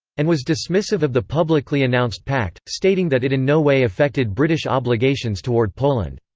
and was dismissive of the publicly announced pact, stating that it in no way affected british obligations toward poland.